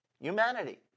humanity